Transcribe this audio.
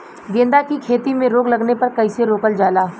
गेंदा की खेती में रोग लगने पर कैसे रोकल जाला?